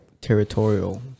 territorial